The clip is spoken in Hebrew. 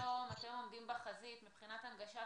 היום אתם עומדים בחזית מבחינת הנגשת